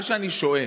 אני שואל,